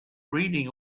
reading